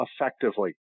effectively